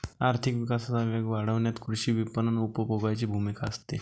आर्थिक विकासाचा वेग वाढवण्यात कृषी विपणन उपभोगाची भूमिका असते